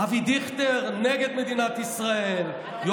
אבי דיכטר, נגד מדינת ישראל, תומכי טרור.